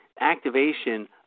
activation